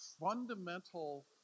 fundamental